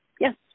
Yes